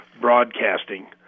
broadcasting